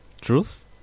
Truth